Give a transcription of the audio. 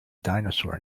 dinosaur